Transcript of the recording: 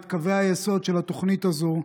את קווי היסוד של התוכנית הזו,